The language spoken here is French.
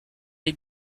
est